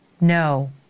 No